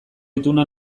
ituna